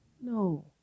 No